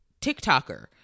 TikToker